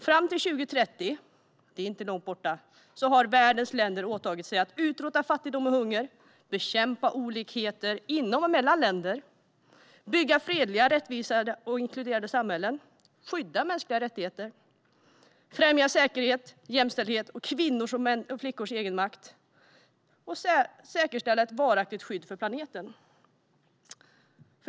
Fram till 2030, vilket inte är långt borta, har världens länder åtagit sig att utrota fattigdom och hunger, bekämpa olikheter inom och mellan länder, bygga fredliga, rättvisa och inkluderande samhällen, skydda mänskliga rättigheter, främja säkerhet, jämställdhet och kvinnors och flickors egenmakt samt säkerställa ett varaktigt skydd för planeten.